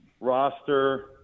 roster